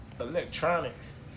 electronics